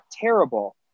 terrible